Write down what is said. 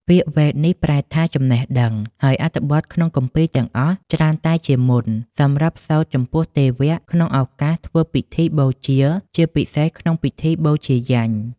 ពាក្យវេទនេះប្រែថា ចំណេះដឹង ហើយអត្ថបទក្នុងគម្ពីរទាំងអស់ច្រើនតែជាមន្ត សម្រាប់សូត្រចំពោះទេវៈ ក្នុងឱកាសធ្វើពិធីបូជា ជាពិសេសក្នុងពិធីបូជាយញ្ញ។